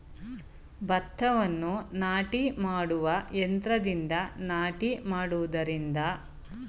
ಭತ್ತವನ್ನು ನಾಟಿ ಮಾಡುವ ಯಂತ್ರದಿಂದ ನಾಟಿ ಮಾಡುವುದರಿಂದ ಭತ್ತದ ಇಳುವರಿಯಲ್ಲಿ ಅಧಿಕ ವ್ಯತ್ಯಾಸ ಕಂಡುಬರುವುದೇ?